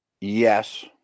Yes